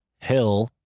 hill